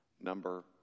Number